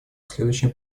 следующим